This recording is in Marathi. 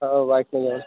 हो बाइकने जाऊ